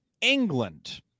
England